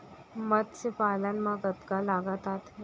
मतस्य पालन मा कतका लागत आथे?